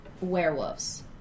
Werewolves